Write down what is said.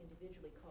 individually